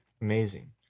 Amazing